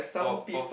for for